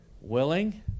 willing